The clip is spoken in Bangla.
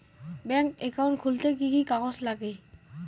ব্যাঙ্ক একাউন্ট খুলতে কি কি কাগজ লাগে?